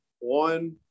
One